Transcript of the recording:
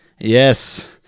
Yes